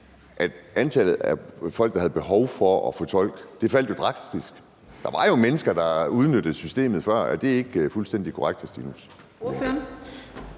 at antallet af folk, der havde behov for at få en tolk, faldt drastisk. Der var jo mennesker, der udnyttede systemet før. Er det ikke fuldstændig korrekt, hr. Stinus